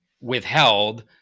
withheld